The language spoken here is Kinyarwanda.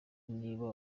niba